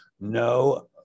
no